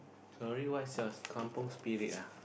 sorry what's your Kampung Spirit ya